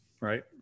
Right